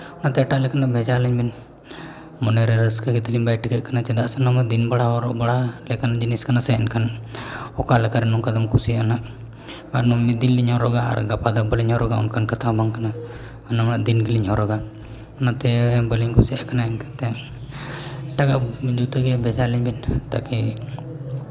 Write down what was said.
ᱚᱱᱟᱛᱮ ᱮᱴᱟᱜ ᱞᱮᱠᱟᱱᱟᱜ ᱵᱷᱮᱡᱟ ᱟᱹᱞᱤᱧᱵᱤᱱ ᱢᱚᱱᱮᱨᱮ ᱨᱟᱹᱥᱠᱟᱹ ᱜᱮᱛᱟᱞᱤᱧ ᱵᱟᱭ ᱴᱷᱤᱠᱟᱹᱜ ᱠᱟᱱᱟ ᱪᱮᱫᱟᱜ ᱥᱮ ᱫᱤᱱ ᱵᱮᱲᱟ ᱦᱚᱚᱨᱚᱜ ᱵᱟᱲᱟ ᱞᱮᱠᱟᱱ ᱡᱤᱱᱤᱥ ᱠᱟᱱᱟ ᱥᱮ ᱮᱱᱠᱷᱟᱱ ᱚᱠᱟ ᱞᱮᱠᱟᱨᱮ ᱱᱚᱝᱠᱟ ᱫᱚᱢ ᱠᱩᱥᱤᱭᱟᱜᱼᱟ ᱱᱟᱜᱷ ᱟᱨ ᱱᱚᱣᱟ ᱢᱤᱫ ᱫᱤᱱ ᱞᱤᱧ ᱦᱚᱨᱚᱜᱟ ᱟᱨ ᱜᱟᱯᱟ ᱫᱚ ᱵᱟᱹᱞᱤᱧ ᱦᱚᱨᱚᱜᱟ ᱚᱱᱠᱟᱱ ᱠᱟᱛᱷᱟ ᱦᱚᱸ ᱵᱟᱝ ᱠᱟᱱᱟ ᱚᱱᱟᱢᱟ ᱫᱤᱱ ᱜᱮᱞᱤᱧ ᱦᱚᱨᱚᱜᱟ ᱚᱱᱟᱛᱮ ᱵᱟᱹᱞᱤᱧ ᱠᱩᱥᱤᱭᱟᱜ ᱠᱟᱱᱟ ᱤᱱᱟᱹᱛᱮ ᱮᱴᱟᱜᱟᱜ ᱡᱩᱛᱟᱹᱜᱮ ᱵᱷᱮᱡᱟᱣᱟᱞᱤᱧ ᱵᱤᱱ ᱛᱟᱠᱤ